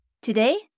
Today